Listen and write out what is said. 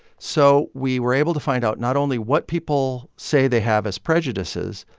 so we were able to find out not only what people say they have as prejudices,